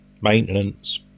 maintenance